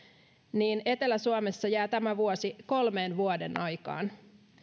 niin etelä suomessa jää tämä vuosi kolmeen vuodenaikaan